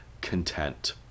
content